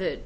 that